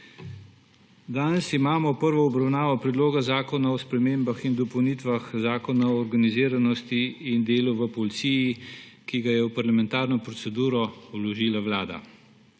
Danes imamo prvo obravnavo Predloga zakona o spremembah in dopolnitvah Zakona o organiziranosti in delu v policiji, ki ga je v parlamentarno proceduro vložila Vlada.